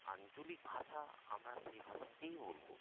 আঞ্চলিক ভাষা আমরা সেই ভাষাকেই বলবো